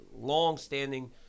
Long-standing